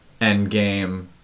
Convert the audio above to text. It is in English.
Endgame